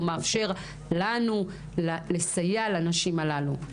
או מאפשר לנו לסייע לנשים הללו.